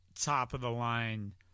top-of-the-line